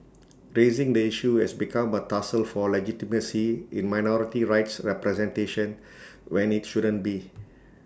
raising the issue has become A tussle for legitimacy in minority rights representation when IT shouldn't be